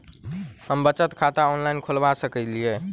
हम बचत खाता ऑनलाइन खोलबा सकलिये?